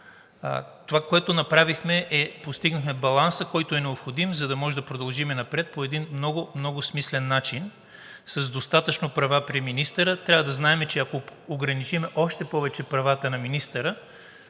Това, което направихме, е, че постигнахме баланса, който е необходим, за да може да продължим напред по един много смислен начин, с достатъчно права при министъра. Трябва да знаем, че ако ограничим още повече правата на министъра,